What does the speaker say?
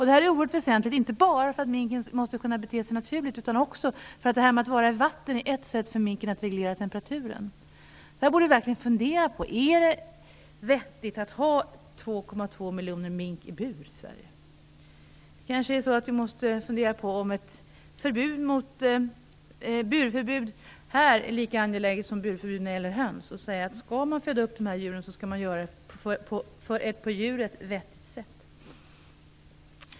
Detta är oerhört väsentligt, inte bara därför att minken måste kunna bete sig naturligt utan också därför att vistelsen i vatten är ett sätt för minken att reglera temperaturen. Vi borde verkligen fundera på om det är vettigt att ha 2,2 miljoner minkar i bur i Sverige. Vi måste kanske överväga om ett burförbud för mink vore lika angeläget som burförbud när det gäller höns. Skall man föda upp dessa djur, skall man göra det på ett för djuret vettigt sätt.